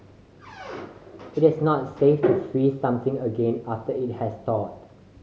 it is not safe to freeze something again after it has thawed